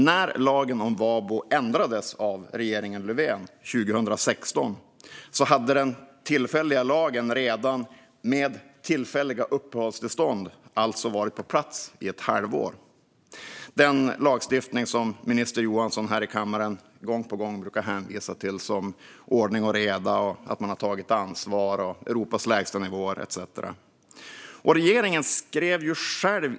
När lagen om VABO emellertid ändrades av regeringen Löfven 2016 hade den tillfälliga lagen med tillfälliga uppehållstillstånd redan varit på plats i ett halvår. Det är den lagstiftning som minister Johansson här i kammaren gång på gång brukar hänvisa till när han talar om ordning och reda, att de har tagit ansvar, att vi har Europas lägsta nivåer etcetera.